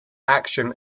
action